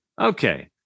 Okay